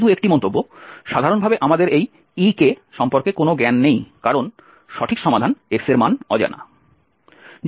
শুধু একটি মন্তব্য সাধারণভাবে আমাদের এই ek সম্পর্কে কোন জ্ঞান নেই কারণ সঠিক সমাধান x এর মান অজানা